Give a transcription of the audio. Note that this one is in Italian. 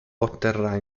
otterrà